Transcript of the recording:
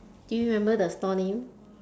do you remember the stall name